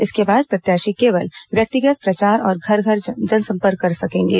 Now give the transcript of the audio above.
इसके बाद प्रत्याशी केवल व्यक्तिगत प्रचार और घर घर जनसंपर्क कर सकेंगे